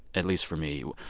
at least for me,